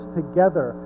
together